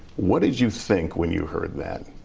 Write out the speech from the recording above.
what did you think when you heard that?